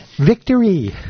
victory